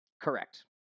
Correct